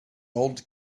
old